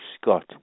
scott